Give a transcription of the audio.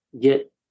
get